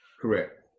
Correct